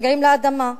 נוגעים לאדמה,